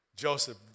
Joseph